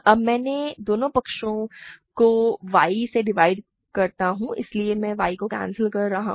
अब मैं दोनों पक्षों को y से डिवाइड करता हूं इसलिए मैं y को कैंसिल करता हूं